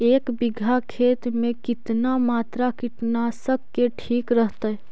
एक बीघा खेत में कितना मात्रा कीटनाशक के ठिक रहतय?